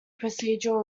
procedural